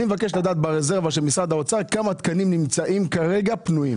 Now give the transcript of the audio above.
אני מבקש לדעת, כמה תקנים נמצאים כרגע פנויים